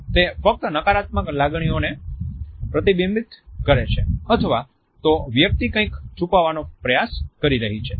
તે ફક્ત નકારાત્મક લાગણીઓને પ્રતિબિંબિત કરે છે અથવા તો વ્યક્તિ કંઈક છુપાવવાનો પ્રયાસ કરી રહી છે